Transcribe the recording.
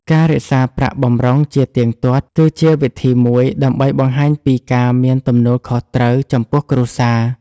ការរក្សាប្រាក់បម្រុងជាទៀងទាត់គឺជាវិធីមួយដើម្បីបង្ហាញពីការមានទំនួលខុសត្រូវចំពោះគ្រួសារ។